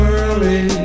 early